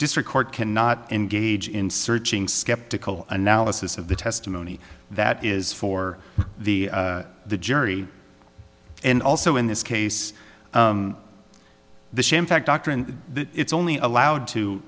district court cannot engage in searching skeptical analysis of the testimony that is for the the jury and also in this case the same fact doctrine it's only allowed to